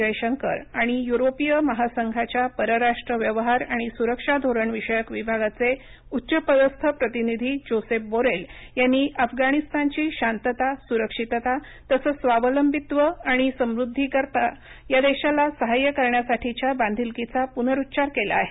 जयशंकर आणि युरोपिय महासंघाच्या परराष्ट्र व्यवहार आणि सु्रक्षा धोरण विषयक विभागाचे उच्चपदस्थ प्रतिनिधी जोसेफ बोरेल यांनी अफगाणिस्तानाची शांतता सुरक्षितता तसंच स्वावलंबीत्व आणि समृद्धीकरता या देशाला सहाय्य करण्यासाठीच्या बांधिलकीचा पुनरुच्चार केला आहे